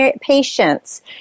patience